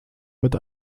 mit